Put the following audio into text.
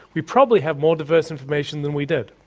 we probably have more diverse information than we did.